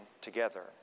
together